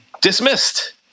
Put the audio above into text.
dismissed